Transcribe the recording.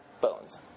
bones